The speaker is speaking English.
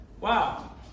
wow